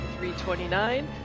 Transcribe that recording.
329